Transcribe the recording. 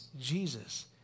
Jesus